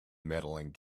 medaling